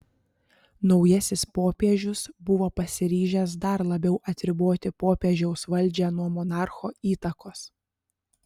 naujasis popiežius buvo pasiryžęs dar labiau atriboti popiežiaus valdžią nuo monarcho įtakos